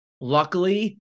luckily